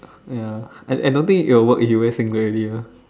ya I don't think it'll work if you wear singlet already ah